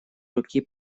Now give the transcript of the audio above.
руки